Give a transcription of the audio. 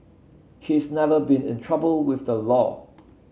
she's never been in trouble with the law